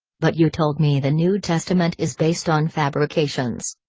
but you told me the new testament is based on fabrications.